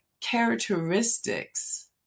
characteristics